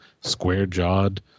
square-jawed